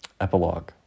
Epilogue